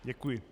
Děkuji.